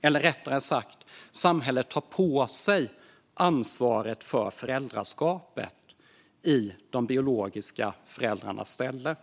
Eller rättare sagt: Samhället tar på sig ansvaret för föräldraskapet i de biologiska föräldrarnas ställe.